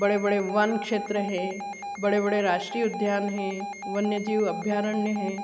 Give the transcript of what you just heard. बड़े बड़े वन क्षेत्र है बड़े बड़े राष्ट्रीय उद्यान हैं वन्य जीव अभ्यारण्य हैं